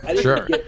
Sure